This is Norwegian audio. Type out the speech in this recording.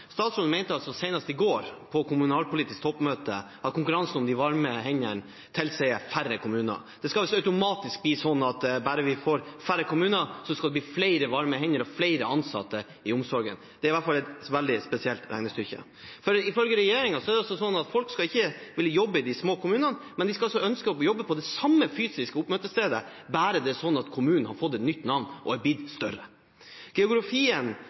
Statsråden mente senest i går på kommunalpolitisk toppmøte at konkurransen om de varme hendene tilsier færre kommuner. Det skal altså automatisk bli sånn at bare man får færre kommuner, skal det bli flere varme hender og flere ansatte i omsorgen. Det er i hvert fall et veldig spesielt regnestykke. Ifølge regjeringen er det sånn at folk ikke vil jobbe i de små kommunene, men de skal ønske å jobbe på det samme fysiske oppmøtestedet bare kommunene har fått et nytt navn og har blitt større. Store avstander er